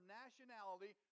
nationality